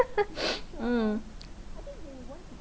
mm